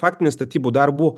faktinį statybų darbų